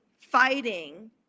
fighting